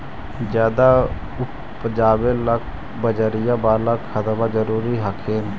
ज्यादा उपजाबे ला बजरिया बाला खदबा जरूरी हखिन न?